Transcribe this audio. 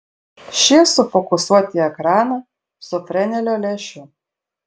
šie sufokusuoti į ekraną su frenelio lęšiu